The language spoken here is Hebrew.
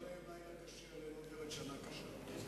עבר עליהם לילה קשה, עלינו עוברת שנה קשה.